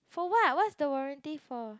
for what what's the warranty for